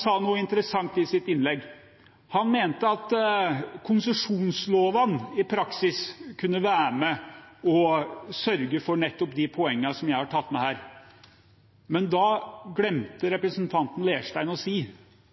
sa noe interessant i sitt innlegg. Han mente at konsesjonslovene i praksis kunne være med på å sørge for de poengene som jeg har tatt med her. Men da glemte representanten Leirstein å si